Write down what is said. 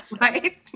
right